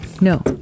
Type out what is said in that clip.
No